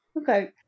Okay